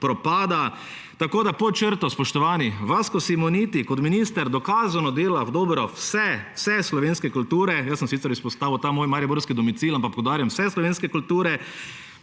propada. Tako pod črto, spoštovani; Vasko Simoniti kot minister dokazano dela v dobro vse slovenske kulture. Sam sem sicer izpostavil ta svoj mariborski domicil, ampak poudarjam – vse slovenske kulture.